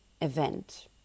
event